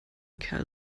kerl